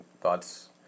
thoughts